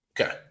Okay